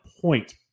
point